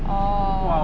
orh